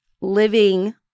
living